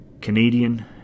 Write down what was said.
Canadian